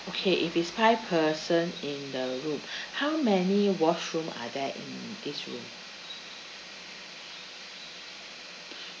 okay if it's five person in the room how many washroom are there in this room